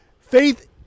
Faith